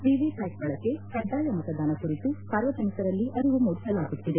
ವಿವಿಪ್ಡಾಟ್ ಬಳಕೆ ಕಡ್ಡಾಯ ಮತದಾನ ಕುರಿತು ಸಾರ್ವಜನಿಕರಲ್ಲಿ ಅರಿವು ಮೂಡಿಸಲಾಗುತ್ತಿದೆ